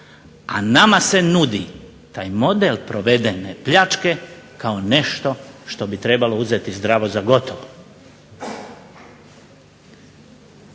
A nama se nudi taj model provedene pljačke kao nešto što bi trebalo uzeti zdravo za gotovo.